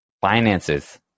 finances